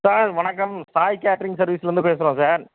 sir வணக்கம் Sai catering சர்வீஸ்லருந்து பேசுகிறோம் சார்